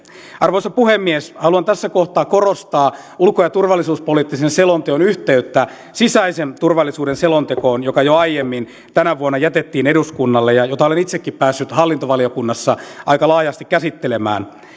arvoisa puhemies haluan tässä kohtaa korostaa ulko ja turvallisuuspoliittisen selonteon yhteyttä sisäisen turvallisuuden selontekoon joka jo aiemmin tänä vuonna jätettiin eduskunnalle ja jota olen itsekin päässyt hallintovaliokunnassa aika laajasti käsittelemään